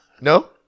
No